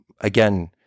again